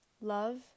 love